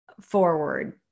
forward